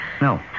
No